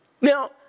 Now